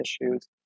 issues